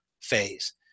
phase